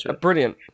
brilliant